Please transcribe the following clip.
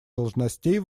должностей